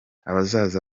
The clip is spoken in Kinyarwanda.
abazaza